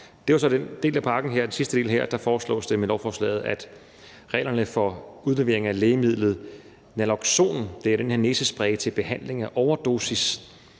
Det var så den del af pakken her. I den sidste del foreslås det med lovforslaget, at reglerne for udlevering af lægemidlet naloxon – det er den her næsespray til behandling af overdosis